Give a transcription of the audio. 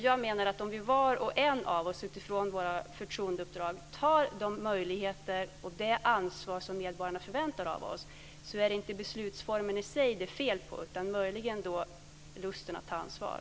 Jag menar att om var och en av oss utifrån våra förtroendeuppdrag tar de möjligheter och det ansvar som medborgarna förväntar sig av oss så är det inte beslutsformen i sig det är fel på utan möjligen lusten att ta ansvar.